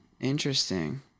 Interesting